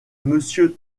monsieur